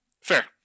Fair